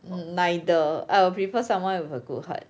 neither I will prefer someone with a good heart